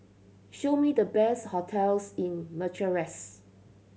show me the best hotels in Bucharest